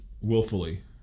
Willfully